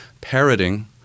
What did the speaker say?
parroting